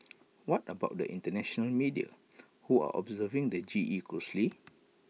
what about the International media who are observing the G E closely